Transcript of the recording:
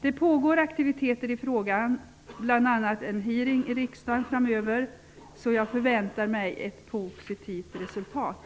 Det pågår aktiviteter i frågan. Här i riksdagen skall vi bl.a. ha en hearing framöver. Jag förväntar mig ett positivt resultat.